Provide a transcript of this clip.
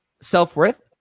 self-worth